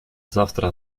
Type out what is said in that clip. завтра